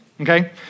okay